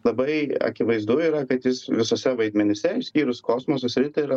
labai akivaizdu yra kad jis visuose vaidmenyse išskyrus kosmoso sritį yra